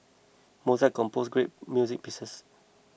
Mozart composed great music pieces